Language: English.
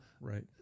Right